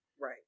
Right